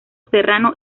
serrano